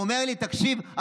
הוא אומר לי: תקשיב,